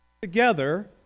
together